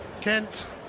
Kent